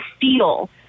feel